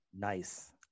Nice